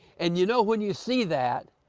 and you know when you see that,